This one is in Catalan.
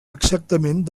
exactament